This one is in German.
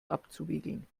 abzuwiegeln